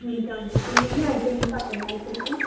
हुन्छ हुन्छ त्यो मिलिहाल्छ नि तपाईँहरू आए पछि